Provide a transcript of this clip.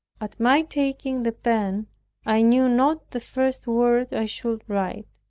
at my taking the pen i knew not the first word i should write